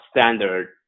standard